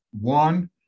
One